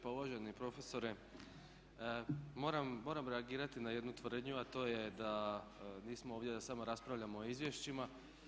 Pa uvaženi profesorre, moram reagirati na jednu tvrdnju, a to je da nismo ovdje da samo raspravljamo o izvješćima.